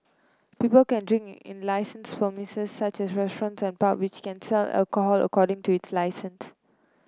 people can drink in in license premises such as restaurant and pub which can sell alcohol according to its licence